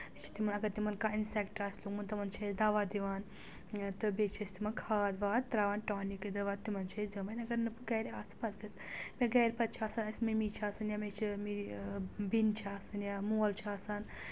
تِمَن اَگر تِمن کانٛہہ اِنسؠکٹَر آسہِ لوٚگمُت تِمن چھِ أسۍ دَوہ دِوان تہٕ بیٚیہِ چھِ أسۍ تِمَن کھاد واد تراوان ٹونِکے دوہ تِمَن چھِ أسۍ زٔمٕتۍ اگر نہٕ بہٕ گَرِ آسہٕ پَتہٕ گژھِ مےٚ گَرِ پَتہٕ چھِ آسان اَسہِ مٔمی چھِ آسان یا مےٚ چھِ می بیٚنہِ چھِ آسان یا مول چھِ آسان